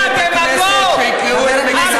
דמגוג, דמגוג.